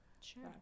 Sure